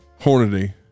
Hornady